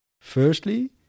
Firstly